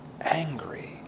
angry